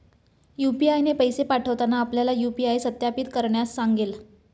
UPI ने पैसे पाठवताना आपल्याला यू.पी.आय सत्यापित करण्यास सांगेल